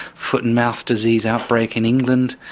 foot and mouth disease outbreak in england,